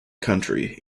country